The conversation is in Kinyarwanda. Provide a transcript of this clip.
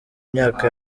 myaka